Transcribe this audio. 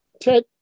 Ted